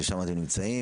ששם אתם נמצאים,